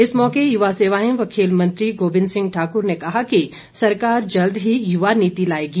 इस मौके युवा सेवाएं व खेल मंत्री गोविंद सिंह ठाकुर ने कहा कि सरकार जल्द ही युवा नीति लाएगी